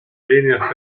linea